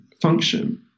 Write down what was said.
function